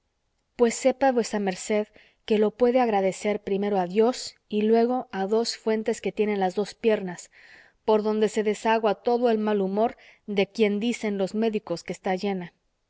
pues sepa vuesa merced que lo puede agradecer primero a dios y luego a dos fuentes que tiene en las dos piernas por donde se desagua todo el mal humor de quien dicen los médicos que está llena